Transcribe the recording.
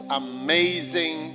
amazing